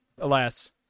Alas